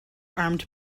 armed